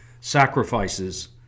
sacrifices